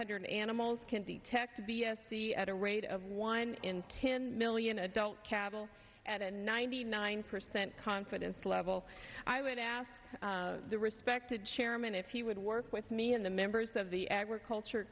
hundred animals can detect b s e at a rate of one in ten million adult cattle at a ninety nine percent confidence level i would ask the respective chairman if he would work with me in the members of the agriculture